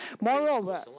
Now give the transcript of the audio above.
Moreover